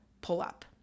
pull-up